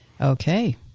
Okay